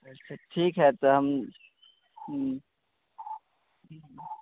अच्छा ठीक है तो हम